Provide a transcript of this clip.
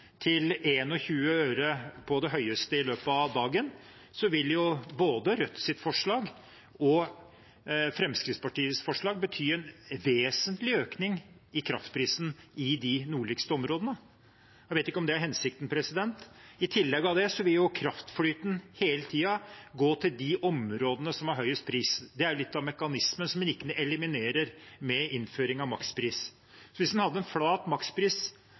til 21 øre på det høyeste i løpet av dagen, vil jo både Rødts forslag og Fremskrittspartiets forslag bety en vesentlig økning i kraftprisen i de nordligste områdene. Jeg vet ikke om det er hensikten. I tillegg vil kraftflyten hele tiden gå til de områdene som har høyest pris. Det er litt av mekanismen som en ikke eliminerer med innføring av makspris. Hvis en hadde en flat makspris